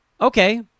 Okay